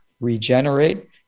regenerate